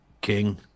King